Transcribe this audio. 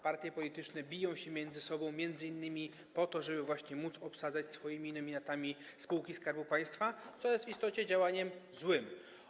Partie polityczne biją się między sobą m.in. o to, żeby właśnie móc obsadzać swoimi nominatami spółki Skarbu Państwa, co jest w istocie działaniem złym.